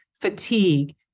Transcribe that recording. fatigue